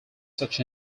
such